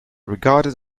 regarded